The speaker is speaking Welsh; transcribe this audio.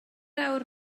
awr